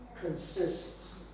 consists